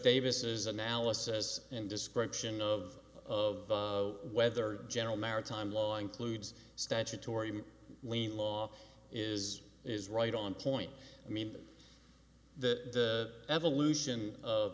davis's analysis and description of of whether general maritime law includes statutory law is is right on point i mean the evolution of